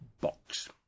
box